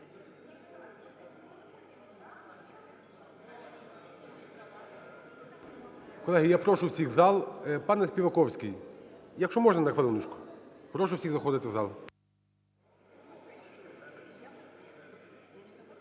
Колеги, я прошу всіх в зал. ПанеСпіваковський, якщо можна, на хвилиночку. Прошу всіх заходити в зал.